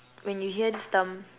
when you hear this term